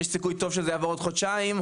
יש סיכוי טוב שיעבור עוד חודשיים,